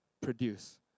produce